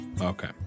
Okay